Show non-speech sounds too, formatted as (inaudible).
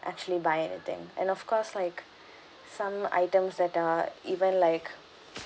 actually buy a thing and of course like some items that are even like (noise)